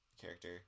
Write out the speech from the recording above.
character